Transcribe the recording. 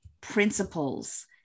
principles